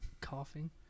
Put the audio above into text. coughing